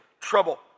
trouble